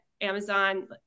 amazon